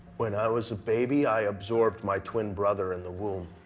when i was a baby, i absorbed my twin brother in the womb.